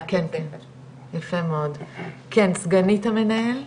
יפה מאוד, כן, סגנית המנהל.